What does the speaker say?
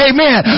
Amen